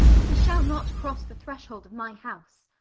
he shall not cross the threshold of my house.